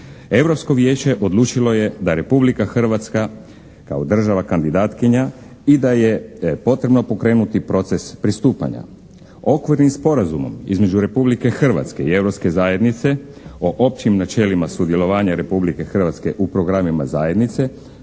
Europsko vijeće odlučilo je da Republika Hrvatska kao država kandidatkinja i da je potrebno pokrenuti proces pristupanja. Okvirnim sporazumom između Republike Hrvatske i Europske zajednice o općim načelima sudjelovanja Republike Hrvatske u programima zajednice